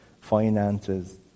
finances